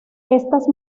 estas